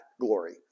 glory